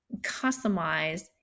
customize